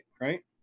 right